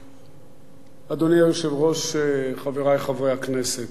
אדוני היושב-ראש, חברי חברי הכנסת,